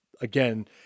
again